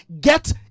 get